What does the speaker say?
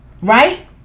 Right